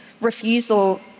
refusal